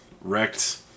wrecked